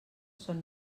són